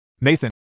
Nathan